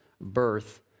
birth